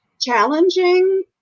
challenging